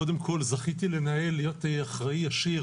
קודם כל, זכיתי להיות אחראי ישיר